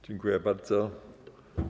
Dziękuję bardzo.